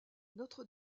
notre